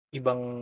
ibang